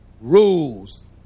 rules